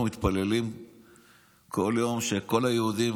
אנחנו מתפללים כל יום שכל היהודים,